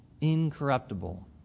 incorruptible